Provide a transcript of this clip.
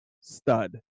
stud